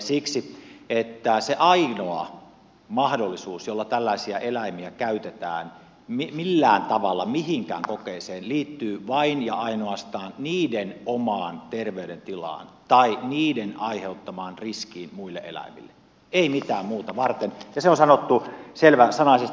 siksi että se ainoa mahdollisuus jossa tällaisia eläimiä käytetään millään tavalla mihinkään kokeeseen liittyy vain ja ainoastaan niiden omaan terveydentilaan tai niiden aiheuttamaan riskiin muille eläimille ei mitään muuta varten ja se on sanottu selväsanaisesti